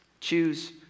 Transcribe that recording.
Choose